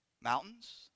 Mountains